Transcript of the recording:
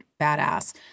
badass